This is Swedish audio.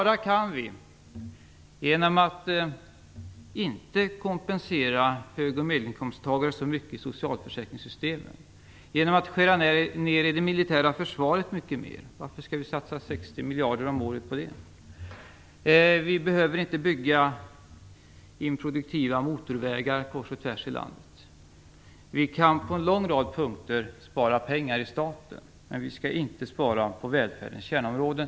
Vi kan spara genom att inte kompensera hög och medelinkomsttagare så mycket i socialförsäkringssystemen, genom att mycket mer skära ned i det militära försvaret. Varför skall vi satsa 60 miljarder om året på det? Vi behöver inte bygga improduktiva motorvägar kors och tvärs i landet. Vi kan på en lång rad punkter spara pengar i staten, men vi skall inte spara på välfärdens kärnområden.